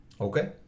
Okay